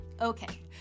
Okay